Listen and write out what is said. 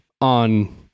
on